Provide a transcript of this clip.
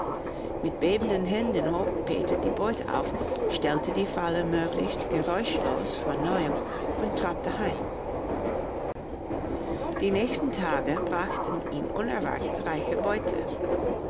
mit bebenden händen hob peter die beute auf stellte die falle möglichst geräuschlos von neuem und trabte heim die nächsten tage brachten ihm unerwartet reiche beute